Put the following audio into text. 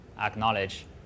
acknowledge